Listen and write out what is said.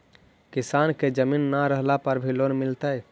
किसान के जमीन न रहला पर भी लोन मिलतइ?